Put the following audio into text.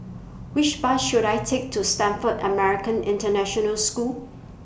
Which Bus should I Take to Stamford American International School